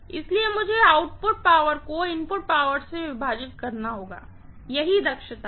इसलिए मुझे output power को इनपुट पावर से विभाजित करना होगा यही दक्षता है